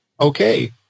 okay